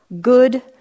good